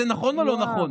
זה נכון או לא נכון?